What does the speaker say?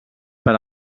per